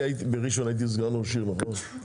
נכון שהייתי סגן ראש העיר בראשון?